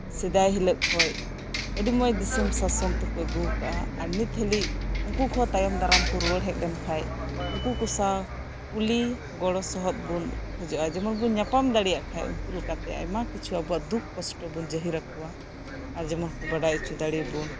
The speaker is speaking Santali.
ᱥᱮᱫᱟᱭ ᱦᱤᱞᱳᱜ ᱠᱷᱚᱱ ᱟᱹᱰᱤ ᱢᱚᱸᱡ ᱫᱤᱥᱚᱢ ᱥᱟᱥᱚᱱ ᱛᱮᱠᱚ ᱟᱜᱩ ᱠᱟᱜᱼᱟ ᱟᱨ ᱱᱤᱛ ᱦᱟᱹᱨᱤᱡ ᱩᱱᱠᱩ ᱠᱚ ᱛᱟᱭᱚᱢ ᱫᱟᱨᱟᱢ ᱠᱚ ᱨᱩᱣᱟᱹᱲ ᱦᱮᱡ ᱞᱮᱱᱠᱷᱟᱱ ᱩᱱᱠᱩ ᱠᱚ ᱥᱟᱝ ᱠᱩᱞᱤ ᱜᱚᱲᱚ ᱥᱚᱯᱚᱦᱚᱫ ᱠᱚᱢ ᱠᱷᱚᱡᱚᱜᱼᱟ ᱡᱮᱢᱚᱱ ᱵᱚᱱ ᱧᱟᱯᱟᱢ ᱫᱟᱲᱮᱭᱟᱜ ᱠᱷᱟᱡ ᱩᱱᱠᱩ ᱞᱮᱠᱟᱛᱮ ᱟᱭᱢᱟ ᱠᱤᱪᱷᱩ ᱟᱵᱚᱣᱟᱜ ᱫᱩᱠ ᱠᱚᱥᱴᱚ ᱡᱟᱹᱦᱤᱨ ᱟᱠᱚᱣᱟ ᱟᱨ ᱡᱮᱢᱚᱱ ᱠᱚ ᱵᱟᱲᱟᱭ ᱦᱚᱪᱚ ᱟᱵᱚᱣᱟᱱ ᱵᱚᱱ